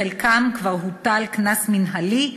בחלקם כבר הוטל קנס מינהלי,